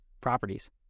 properties